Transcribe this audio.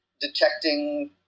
detecting